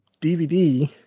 DVD